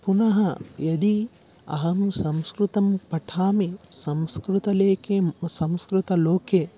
पुनः यदि अहं संस्कृतं पठामि संस्कृतलोके संस्कृतलोके